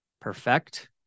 perfect